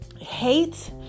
Hate